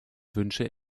wünsche